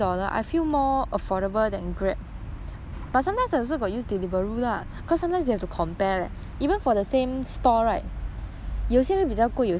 oh